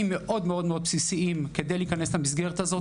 מאוד בסיסיים כדי להיכנס למסגרת הזו.